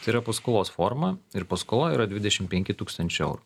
tai yra paskolos forma ir paskola yra dvidešimt penki tūkstančiai eurų